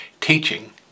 teaching